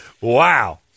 Wow